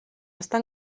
està